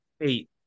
eight